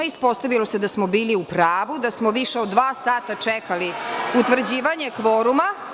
Ispostavilo se da smo bili u pravu, da smo više od dva sata čekali utvrđivanje kvoruma.